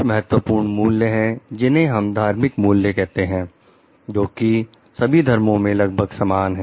कुछ महत्वपूर्ण मूल्य है जिन्हें हम धार्मिक मूल्य कहते हैं जोकि सभी धर्मों में लगभग समान हैं